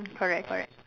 correct correct